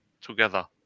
together